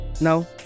No